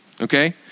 okay